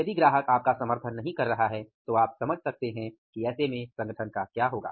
यदि ग्राहक आपका समर्थन नहीं कर रहा है तो आप समझ सकते हैं कि संगठन क्या होगा